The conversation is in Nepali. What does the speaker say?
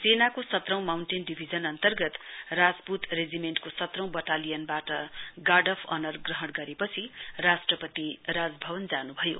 सेनाको सत्रौं माउण्टेन डिभिजन अन्तर्गत राजपुत रेजिमेण्टको सत्रौं बटालिनबाट गार्ड दि अनर ग्रहण गरेपछि राष्ट्रपति राजभवन जानुभयो